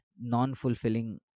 non-fulfilling